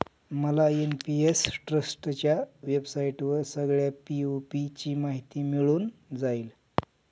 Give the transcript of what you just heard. मला एन.पी.एस ट्रस्टच्या वेबसाईटवर सगळ्या पी.ओ.पी ची माहिती मिळून जाईल